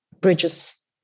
bridges